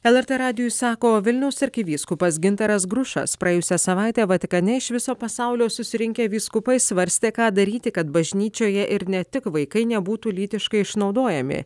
lrt radijui sako vilniaus arkivyskupas gintaras grušas praėjusią savaitę vatikane iš viso pasaulio susirinkę vyskupai svarstė ką daryti kad bažnyčioje ir ne tik vaikai nebūtų lytiškai išnaudojami